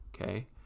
Okay